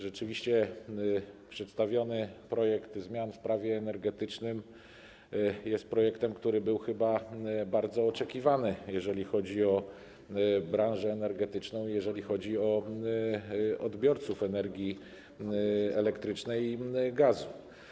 Rzeczywiście przedstawiony projekt zmian w Prawie energetycznym jest projektem, który był chyba bardzo oczekiwany, jeżeli chodzi o branżę energetyczną i odbiorców energii elektrycznej i gazu.